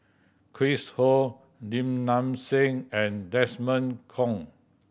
Chris Ho Lim Nang Seng and Desmond Kon